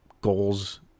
goals